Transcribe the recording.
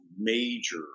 major